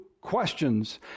questions